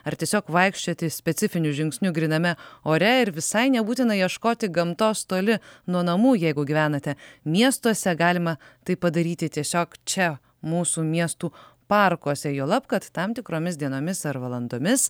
ar tiesiog vaikščioti specifiniu žingsniu gryname ore ir visai nebūtina ieškoti gamtos toli nuo namų jeigu gyvenate miestuose galima tai padaryti tiesiog čia mūsų miestų parkuose juolab kad tam tikromis dienomis ar valandomis